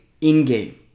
in-game